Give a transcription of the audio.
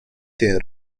term